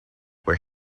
where